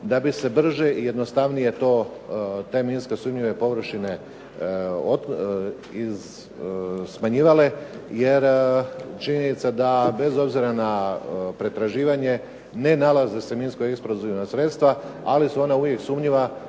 da bi se brže i jednostavnije te minsko sumnjive površine smanjile jer činjenica da bez obzira na pretraživanje ne nalaze se minsko eksplozivna sredstva, ali su ona uvijek sumnjiva.